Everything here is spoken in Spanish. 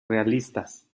realistas